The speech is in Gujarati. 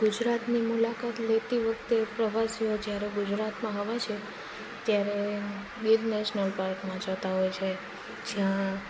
ગુજરાતની મુલાકાત લેતી વખતે પ્રવાસીઓ જ્યારે ગુજરાતમાં આવે છે ત્યારે ગીર નેશનલ પાર્કમાં જતાં હોય છે જ્યાં